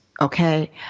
Okay